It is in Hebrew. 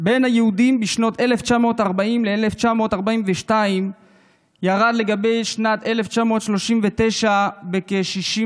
בין היהודים בשנים 1940 עד 1942 ירד לעומת שנת 1939 בכ-65%.